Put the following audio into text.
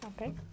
Okay